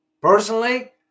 personally